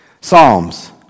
Psalms